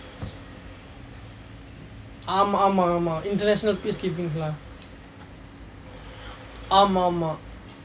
ஆம் ஆமாம் ஆமாம்:aam aamaam aamaam international peacekeepings lah ஆமாம் ஆமாம்:aamaam aamaam